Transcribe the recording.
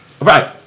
Right